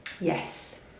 yes